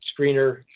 screener